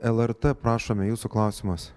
lrt prašome jūsų klausimas